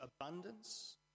abundance